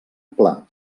pla